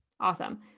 Awesome